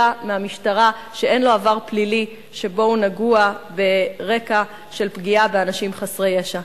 מהמשטרה שאין לו עבר פלילי שבו הוא נגוע ברקע של פגיעה באנשים חסרי ישע.